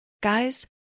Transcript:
Guys